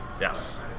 Yes